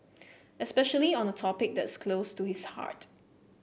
especially on a topic that is close to his heart